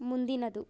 ಮುಂದಿನದು